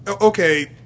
okay